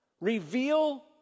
Reveal